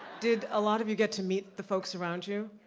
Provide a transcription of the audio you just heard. did a lot of you get to meet the folks around you?